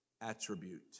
attribute